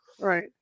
Right